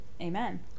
Amen